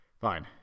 Fine